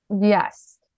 yes